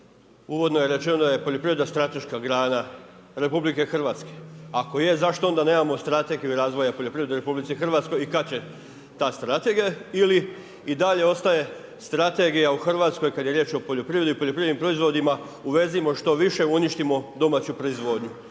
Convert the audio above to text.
Uvodno je rečeno, da je poljoprivreda strateška grana RH, ako je zašto onda nemamo strategiju razvoja poljoprivreda u RH i kada će ta strategija ili i dalje ostaje strategija u Hrvatskoj, kada je riječ o poljoprivredi i poljoprivrednim proizvodima, uvezimo što više i uništimo domaću proizvodnju.